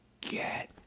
Get